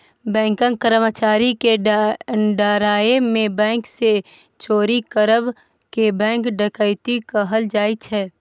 बैंकक कर्मचारी केँ डराए केँ बैंक सँ चोरी करब केँ बैंक डकैती कहल जाइ छै